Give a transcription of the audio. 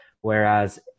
Whereas